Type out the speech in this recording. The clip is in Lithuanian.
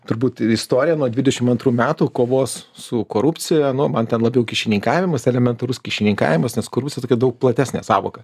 turbūt istoriją nuo dvidešim antrų metų kovos su korupcija nu man ten labiau kyšininkavimas elementarus kyšininkavimas nes korupcija tokia daug platesnė sąvoka